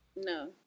No